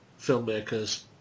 filmmakers